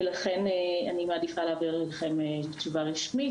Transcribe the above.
ולכן אני מעדיפה להעביר לכם תשובה רשמית